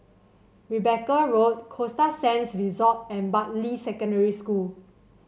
Rebecca Road Costa Sands Resort and Bartley Secondary School